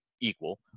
equal